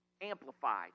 amplified